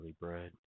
Bread